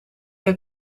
heb